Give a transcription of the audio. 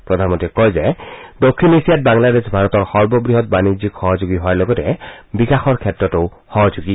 প্ৰধানমন্ত্ৰীয়ে কয় যে দক্ষিণ এছীয়াত বাংলাদেশ ভাৰতৰ সৰ্ববৃহৎ বাণিজ্যিক সহযোগী হোৱাৰ লগতে বিকাশৰ ক্ষেত্ৰতো সহযোগী